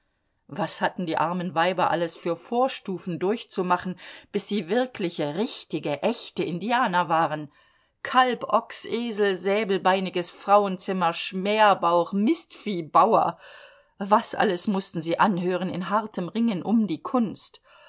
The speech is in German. was hatten die armen weiber alles für vorstufen durchzumachen bis sie wirkliche richtige echte indianer waren kalb ochs esel säbelbeiniges frauenzimmer schmerbauch mistvieh bauer was alles mußten sie anhören in hartem ringen um die kunst